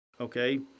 okay